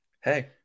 Hey